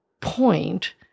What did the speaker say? point